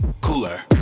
cooler